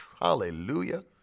Hallelujah